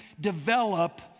develop